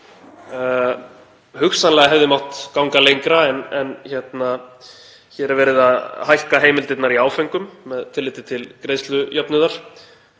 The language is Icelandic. Hugsanlega hefði mátt ganga lengra en hér er verið að hækka heimildirnar í áföngum með tilliti til greiðslujöfnuðar